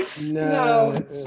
No